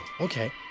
okay